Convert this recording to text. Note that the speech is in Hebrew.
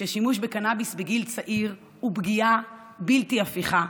ששימוש בקנביס בגיל צעיר הוא פגיעה בלתי הפיכה